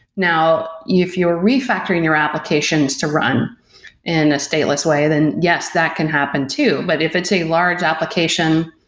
now, if you're re-factoring your applications to run in a stateless way, then yes, that can happen too. but if it's a large application,